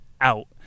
out